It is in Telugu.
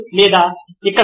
లేదా ఇక్కడ